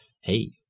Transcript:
hey